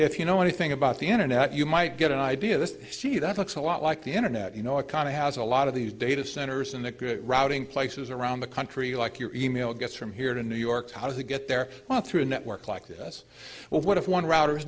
if you know anything about the internet you might get an idea this sea that looks a lot like the internet you know it kind of has a lot of these data centers and the good routing places around the country like your e mail gets from here to new york how does it get there through a network like this well what if one router